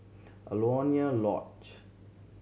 Alaunia Lodge